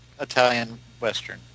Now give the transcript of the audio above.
Italian-Western